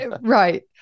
Right